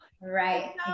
Right